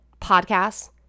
podcasts